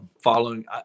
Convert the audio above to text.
following